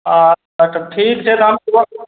अच्छा तऽ ठीक छै तऽ हम सुबह